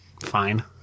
fine